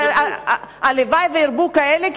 הלוואי שירבו כאלה,